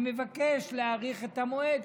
אני מבקש להאריך את המועד,